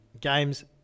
games